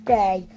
day